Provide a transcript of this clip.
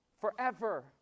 Forever